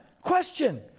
question